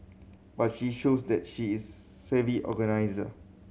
but she shows that she is savvy organiser